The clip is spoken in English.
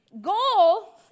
goal